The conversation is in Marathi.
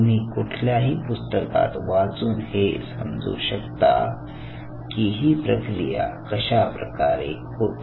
तुम्ही कुठल्याही पुस्तकात वाचून हे समजू शकता की ही प्रक्रिया कशाप्रकारे होते